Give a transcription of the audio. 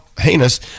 heinous